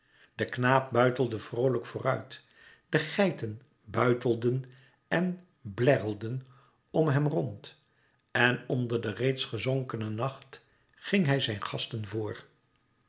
de knaap buitelde vroolijk vooruit de geiten buitelden en blerrelden om hem rond en onder de reeds gezonkene nacht ging hij zijne gasten voor